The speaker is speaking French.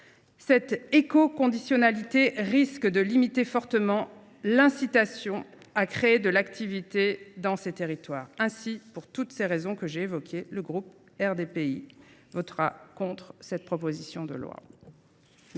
Cette écoconditionnalité risque de limiter fortement l’incitation à créer de l’activité dans ces territoires. Pour toutes ces raisons, le groupe RDPI votera contre cette proposition de loi.